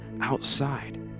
outside